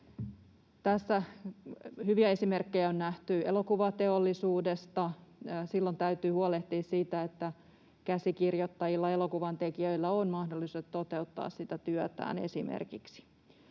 Tästä hyviä esimerkkejä on nähty elokuvateollisuudesta. Silloin täytyy huolehtia siitä, että käsikirjoittajilla ja elokuvantekijöillä on mahdollisuudet toteuttaa sitä työtään — esimerkiksi.